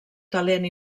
talent